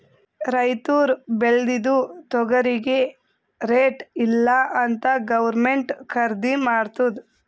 ರೈತುರ್ ಬೇಳ್ದಿದು ತೊಗರಿಗಿ ರೇಟ್ ಇಲ್ಲ ಅಂತ್ ಗೌರ್ಮೆಂಟೇ ಖರ್ದಿ ಮಾಡ್ತುದ್